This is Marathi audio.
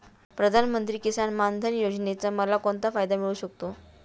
प्रधानमंत्री किसान मान धन योजनेचा मला कोणता फायदा मिळू शकतो?